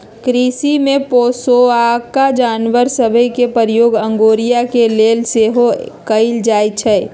कृषि में पोशौआका जानवर सभ के प्रयोग अगोरिया के लेल सेहो कएल जाइ छइ